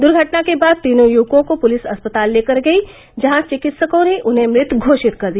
दुर्घटना के बाद तीनों युवकों को पुलिस अस्पताल लेकर गई जहां चिकित्सकों ने उन्हें मृत घोषित कर दिया